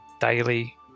daily